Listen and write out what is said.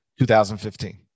2015